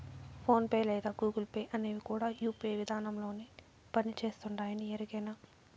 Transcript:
phone pay లేదా Google Pay అనేవి కూడా యూ.పీ.ఐ విదానంలోనే పని చేస్తుండాయని ఎరికేనా